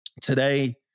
today